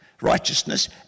righteousness